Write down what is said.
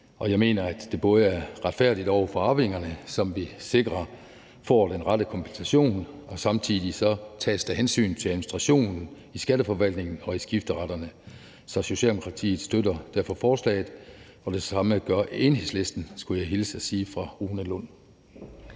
jeg mener, at det er retfærdigt over for arvingerne, som vi sikrer får den rette kompensation, og samtidig tages der hensyn til administrationen i Skatteforvaltningen og i skifteretterne. Så Socialdemokratiet støtter derfor forslaget, og det samme gør Enhedslisten, skulle jeg hilse og sige fra Rune Lund.